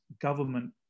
government